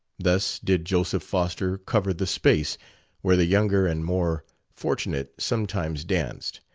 thus did joseph foster cover the space where the younger and more fortunate sometimes danced,